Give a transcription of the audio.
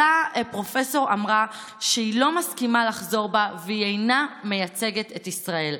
אותה פרופסור אמרה שהיא לא מסכימה לחזור בה והיא אינה מייצגת את ישראל.